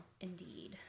Indeed